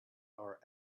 our